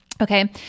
Okay